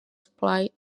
supply